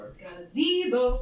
gazebo